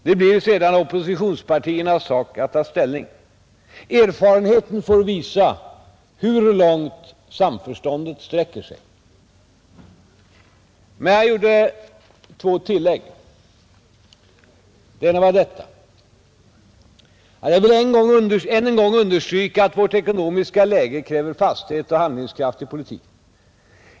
Det blir sedan oppositionspartiernas sak att ta ställning. Erfarenheten får visa hur långt samförståndet räcker.” Men jag gjorde två tillägg: ”Jag vill än en gång understryka att vårt ekonomiska läge kräver fasthet och handlingskraft i politiken.